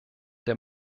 der